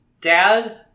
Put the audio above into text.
dad